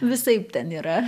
visaip ten yra